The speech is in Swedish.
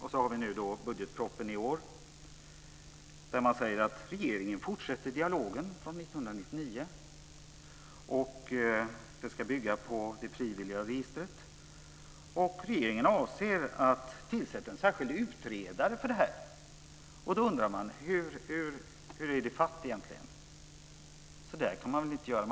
Nu har vi budgetpropositionen i år där man säger att regeringen fortsätter dialogen från 1999, att fritidsbåtsregistret ska bygga på det frivilliga registret och att regeringen avser att tillsätta en särskild utredare för detta. Då undrar man: Hur är det fatt egentligen? Så där kan man väl inte göra.